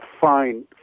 fine